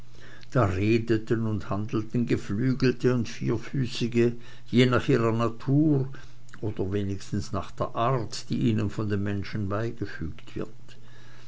da redeten und handelten geflügelte und vierfüßige je nach ihrer natur oder wenigstens nach der art die ihnen von den menschen beigelegt wird